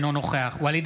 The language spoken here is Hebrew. אינו נוכח ואליד